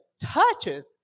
touches